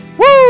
Woo